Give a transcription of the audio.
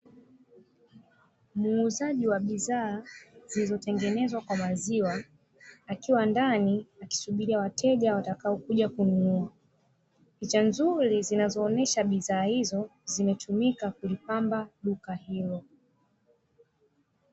Muuzaji wa bidhaa zilizotengenezwa kwa maziwa, akiwa ndani akisubiria wateja watakaokuja kununua. Picha nzuri zinazoonyesha bidhaa hizo zimetumika kulipamba duka hilo.